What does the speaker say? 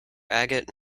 agate